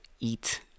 eat